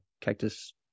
cactus